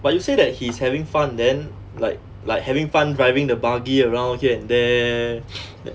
but you say that he's having fun then like like having fun driving the buggy around here and there